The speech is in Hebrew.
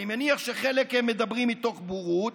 אני מניח שחלק מדברים מתוך בורות,